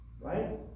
Right